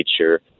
nature